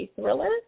Thriller